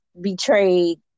betrayed